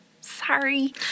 Sorry